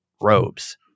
robes